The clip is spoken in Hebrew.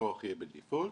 הלקוח יהיה בדיפולט,